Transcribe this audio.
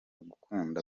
gukunda